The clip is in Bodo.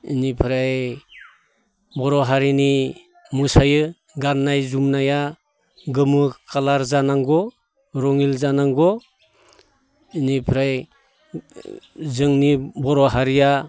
इनिफ्राय बर' हारिनि मोसायो गाननाय जुमनाया गोमो कालार जानांगौ रङिल जानांगौ इनिफ्राय जोंनि बर' हारिया